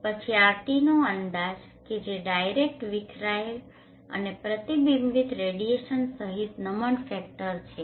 પછી RTનો અંદાજ કે જે ડાયરેક્ટ વીખરાયેલ અને પ્રતિબિંબિત રેડીયેશન સહિત નમન ફેક્ટર છે